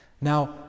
Now